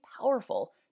powerful